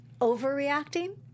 overreacting